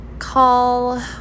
call